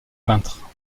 peintre